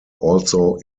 also